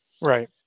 Right